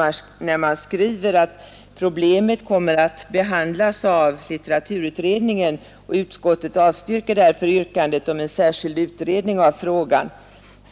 Utskottet skriver: ”Problemet kommer att behandlas av litteraturutredningen, och utskottet avstyrker därför yrkandet om en särskild utredning av frågan.”